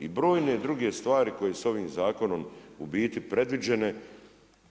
I brojne druge stvari, koji su ovim zakonom u biti predviđene,